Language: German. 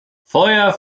feuer